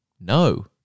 no